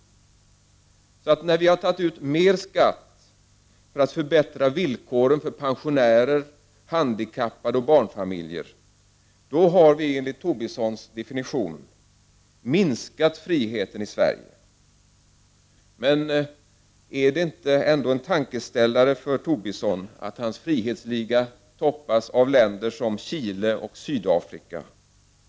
När vi tagit ut mer skatt för att förbättra villkoren för pensionärer, barnfamiljer och handikappade, då har vi enligt Tobissons definition minskat friheten i Sverige. Borde det inte vara en tankeställare för Tobisson att hans frihetsliga toppas av länder som Chile och Sydafrika?